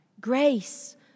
Grace